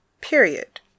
period